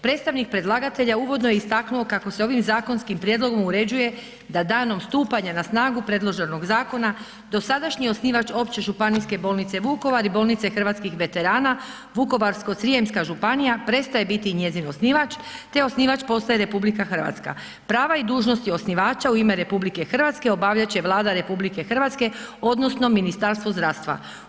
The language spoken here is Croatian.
Predstavnik predlagatelja uvodno je istaknuo kako se ovim zakonskim prijedlogom uređuje da danom stupanja na snagu predloženog zakona dosadašnji osnivač Opće županijske bolnice Vukovar i Bolnice hrvatskih veterana Vukovarsko-srijemska županija prestaje biti njezin osnivač te osnivač postaje RH. prava i dužnosti osnivača u ime RH obavljat će Vlada RH odnosno Ministarstvo zdravstva.